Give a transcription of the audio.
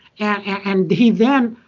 and he then,